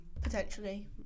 potentially